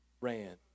ran